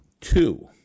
two